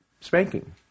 spanking